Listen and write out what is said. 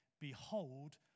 behold